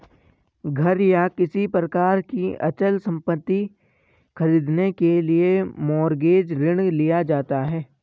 घर या किसी प्रकार की अचल संपत्ति खरीदने के लिए मॉरगेज ऋण लिया जाता है